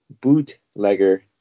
Bootlegger